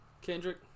Kendrick